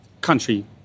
country